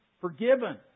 Forgiven